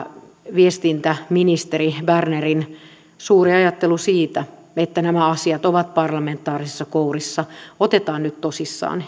viestintäministeri bernerin suuri ajattelu siitä että nämä asiat ovat parlamentaarisissa kourissa otetaan nyt tosissaan